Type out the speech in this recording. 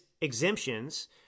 exemptions